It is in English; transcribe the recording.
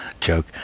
joke